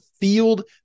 FIELD